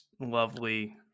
lovely